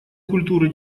культуры